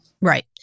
Right